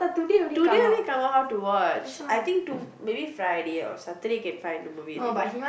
today haven't come out how to watch I think to maybe Friday or Saturday can find the movie already